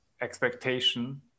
expectation